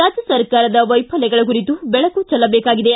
ರಾಜ್ಯ ಸರ್ಕಾರದ ವೈಫಲ್ಯಗಳ ಕುರಿತು ಬೆಳಕು ಚೆಲ್ಲಬೇಕಾಗಿದೆ